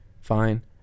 fine